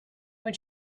when